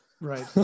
Right